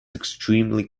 extremely